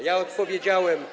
Ja odpowiedziałem.